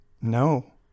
No